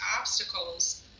obstacles